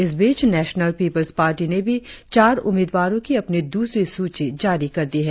इस बीच national people's party ने भी चार उम्मीदवारों की अपनी द्रसरी सुची जारी कर दी है